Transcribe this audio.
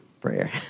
prayer